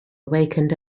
awakened